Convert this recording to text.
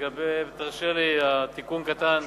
תרשו לי תיקון קטן